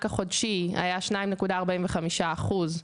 המענק החודשי היה 2.45 אחוז,